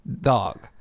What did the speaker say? dog